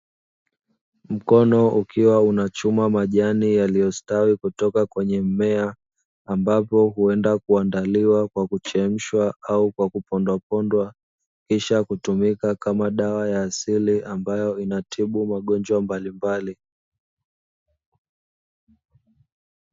Mkono ukiwa unachuma majani yaliostawi kutoka kwenye mmea, ambapo huenda kuandaliwa kwa kuchemshwa au kupondwapondwa, kisha kutumika kama dawa ya asili ambayo inatibu magonjwa mbalimbali.